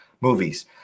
movies